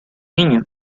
niño